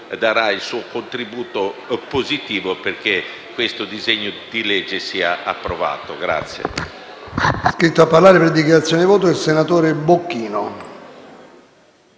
del senatore Bocchino,